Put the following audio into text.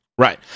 Right